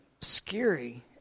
scary